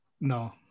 no